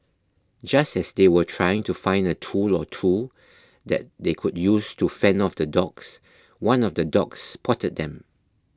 just as they were trying to find a tool or two that they could use to fend off the dogs one of the dogs spotted them